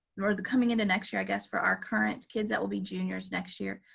and or the coming into next year i guess for our current kids that will be juniors next year,